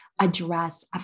address